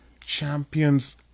Champions